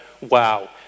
wow